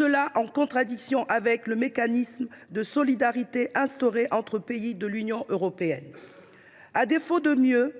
et en contradiction avec le mécanisme de solidarité institué entre pays de l’Union européenne. À défaut de mieux,